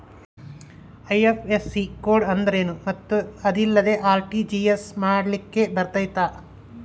IFSC code ಅಂದ್ರೇನು ಮತ್ತು ಅದಿಲ್ಲದೆ ಆರ್.ಟಿ.ಜಿ.ಎಸ್ ಮಾಡ್ಲಿಕ್ಕೆ ಬರ್ತೈತಾ?